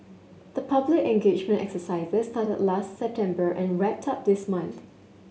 the public engagement exercises started last September and wrapped up this month